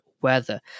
weather